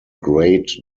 great